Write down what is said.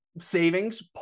savings